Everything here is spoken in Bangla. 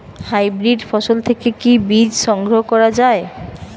হাইব্রিড ফসল থেকে কি বীজ সংগ্রহ করা য়ায়?